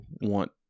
want